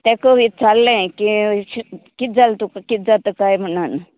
तेका विचारलें की कित जालें तुका कित जाता काय म्हणोन